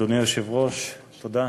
אדוני היושב-ראש, תודה,